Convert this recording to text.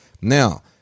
Now